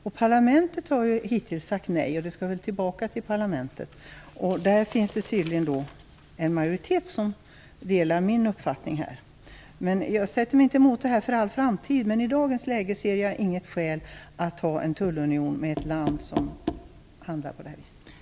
Europaparlamentet har ju hittills sagt nej. Frågan skall nu tillbaka till parlamentet. Där finns det tydligen en majoritet som delar min uppfattning. Jag sätter mig inte emot för all framtid, men i dagens läge ser jag inget skäl att ha en tullunion med ett land som handlar på det här viset.